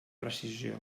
precisió